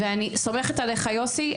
ואני סומכת עליך יוסי,